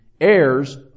heirs